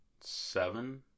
seven